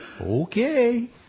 Okay